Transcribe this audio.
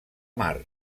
mar